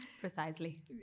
Precisely